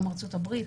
גם ארצות הברית.